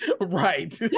right